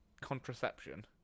contraception